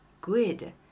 good